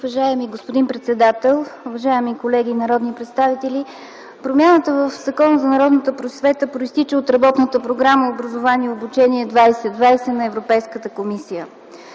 Уважаеми господин председател, уважаеми колеги народни представители! Промяната в Закона за народната просвета произтича от работната програма „Образование и обучение 2020” на Европейската комисия.